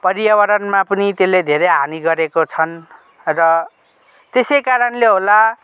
हाम्रो पर्यावरणमा पनि त्यसले धेरै हानी गरेका छन् र त्यसै कारणले होला